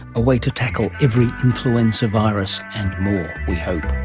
a way to tackle every influenza virus and more, we hope